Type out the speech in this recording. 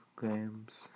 games